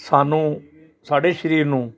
ਸਾਨੂੰ ਸਾਡੇ ਸਰੀਰ ਨੂੰ